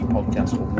Podcast